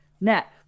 Net